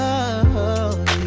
Love